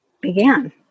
began